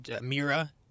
Mira